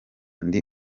ndi